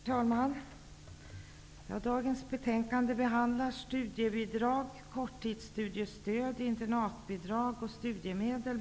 Herr talman! I dagens betänkande behandlas frågor om bl.a. studiebidrag, korttidsstudiestöd, internatbidrag och studiemedel.